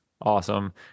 awesome